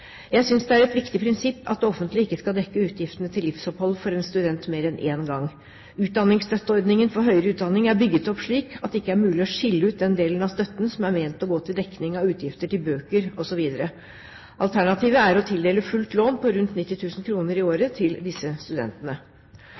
Jeg synes det er et viktig prinsipp at det offentlige ikke skal dekke utgiftene til livsopphold for en student mer enn én gang. Utdanningsstøtteordningen for høyere utdanning er bygget opp slik at det ikke er mulig å skille ut den delen av støtten som er ment å gå til dekning av utgifter til bøker, osv. Alternativet er å tildele fullt lån på rundt 90 000 kr i året til disse studentene.